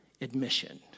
admission